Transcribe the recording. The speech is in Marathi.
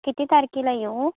किती तारखेला येऊ